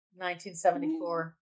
1974